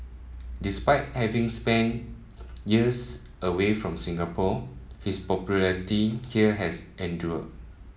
despite having spent years away from Singapore his popularity here has endured